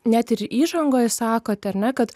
net ir įžangoje sakot ar ne kad